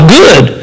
good